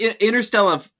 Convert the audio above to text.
Interstellar